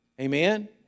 Amen